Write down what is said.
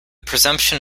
presumption